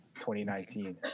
2019